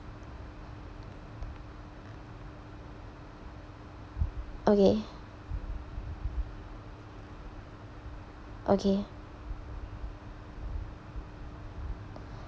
okay okay